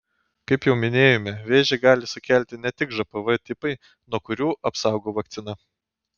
kaip jau minėjome vėžį gali sukelti ne tik žpv tipai nuo kurių apsaugo vakcina